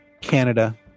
Canada